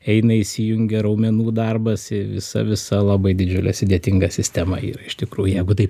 eina įsijungia raumenų darbas visa visa labai didžiulė sudėtinga sistema yra iš tikrųjų jeigu taip